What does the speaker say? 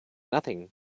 nothing